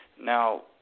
Now